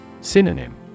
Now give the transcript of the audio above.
Synonym